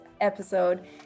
episode